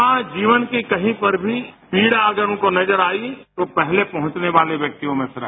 समाज जीवन की कहीं पर भी पीड़ा अगर उनको नजर आई तो पहले पहचनेवाले व्यक्तियों में से रहे